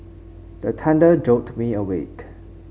the thunder jolt me awake